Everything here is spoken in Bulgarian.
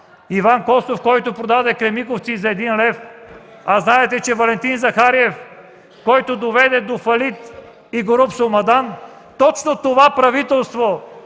Иван Костов, който продаде „Кремиковци” за един лев; а знаете, че Валентин Захариев доведе до фалит и „Горубсо – Мадан”. Точно това правителство